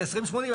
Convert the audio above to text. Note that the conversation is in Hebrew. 20 80,